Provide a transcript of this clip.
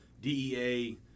DEA